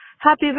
Happy